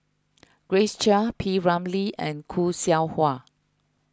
Grace Chia P Ramlee and Khoo Seow Hwa